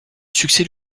succès